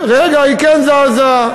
רגע, היא כן זזה.